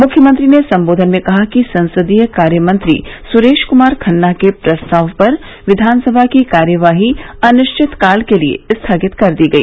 मुख्यमंत्री ने संबोधन में कहा कि संसदीय कार्यमंत्री सुरेश कुमार खन्ना के प्रस्ताव पर विधानसभा की कार्यवाही अनिश्चितकाल के लिये स्थगित कर दी गई